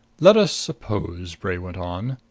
let us suppose, bray went on,